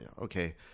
okay